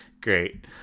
Great